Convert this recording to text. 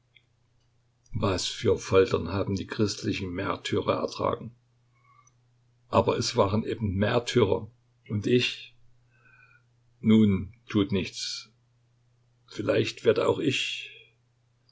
was für foltern haben die christlichen märtyrer ertragen aber es waren eben märtyrer und ich nun tut nichts vielleicht werde auch ich